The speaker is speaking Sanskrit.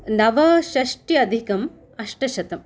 नवषष्ठ्यधिकम् अष्टशतम्